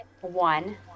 one